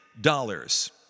dollars